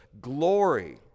glory